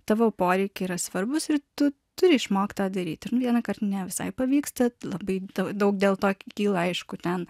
tavo poreikiai yra svarbūs ir tu turi išmokt tą daryt ir vienąkart ne visai pavyksta labai daug daug dėl to kyla aišku ten